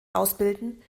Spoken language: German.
ausbilden